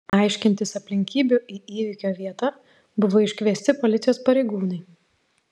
aiškintis aplinkybių į įvykio vietą buvo iškviesti policijos pareigūnai